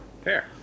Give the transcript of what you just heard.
Fair